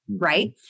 right